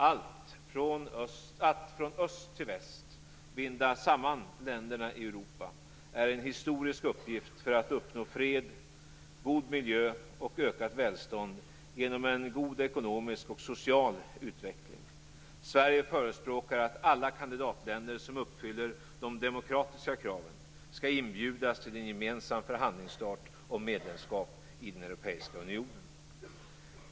Att - från öst till väst - binda samman länderna i Europa är en historisk uppgift för att uppnå fred, god miljö och ökat välstånd genom en god ekonomisk och social utveckling. Sverige förespråkar att alla kandidatländer som uppfyller de demokratiska kraven skall inbjudas till en gemensam förhandlingsstart om medlemskap i EU.